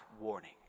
warning